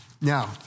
Now